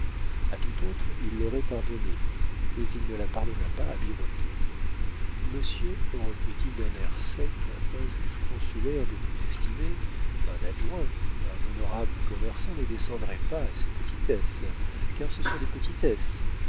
a tout autre il l'aurait pardonnée mais il ne la pardonna pas à birotteau monsieur reprit-il d'un air sec un juge consulaire des plus estimés un adjoint un honorable commerçant ne descendrait pas à ces petitesses car ce sont des petitesses